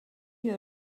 you